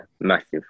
massive